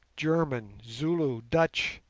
german, zulu, dutch,